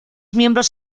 miembros